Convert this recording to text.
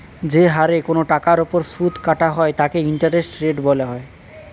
যে হারে কোন টাকার উপর সুদ কাটা হয় তাকে ইন্টারেস্ট রেট বলা হয়